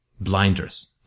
blinders